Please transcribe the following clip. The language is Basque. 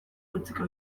utziko